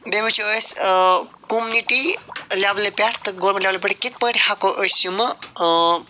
بیٚیہِ وُچھو أسۍ کوٚمنِٹی لیولہِ پٮ۪ٹھ گورمِنٛٹ لیولہِ پٮ۪ٹھ کِتھٕ پٲٹھۍ ہٮ۪کو أسۍ یِمہٕ